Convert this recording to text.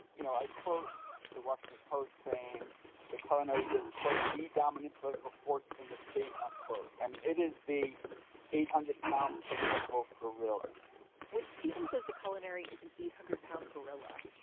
you know, i quote the washington post saying the colony is, quote, the dominant political force in the state, unquote. i mean, it is the eight hundred pound political gorilla when stephen says the culinary is an eight hundred pound gorilla.